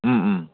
ꯎꯝ ꯎꯝ